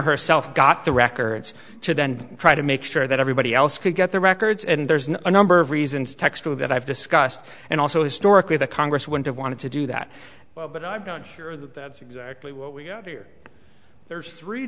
herself got the records to then try to make sure that everybody else could get their records and there's another of reasons text to that i've discussed and also historically the congress would have wanted to do that but i'm not sure that that's exactly what we have here there are three